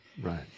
Right